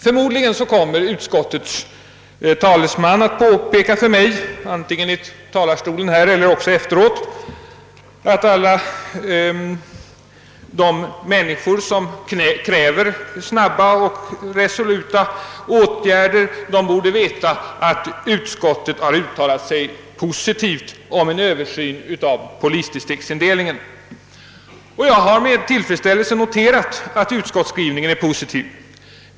Förmodligen kommer utskottets talesman att påpeka för mig — antingen här i talarstolen eller efteråt — att alla de människor som kräver snabba och resoluta åtgärder bör veta att utskottet har uttalat sig positivt om en översyn av polisdistriktsindelningen. Jag har också med tillfredsställelse konstaterat att utskottets skrivning är positiv.